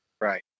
right